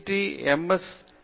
D அல்லது M